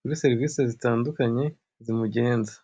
muri serivise zitandukanye zimugenza.